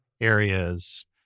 areas